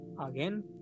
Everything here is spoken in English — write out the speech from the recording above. Again